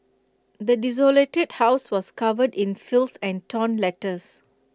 the desolated house was covered in filth and torn letters